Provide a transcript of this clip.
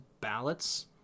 ballots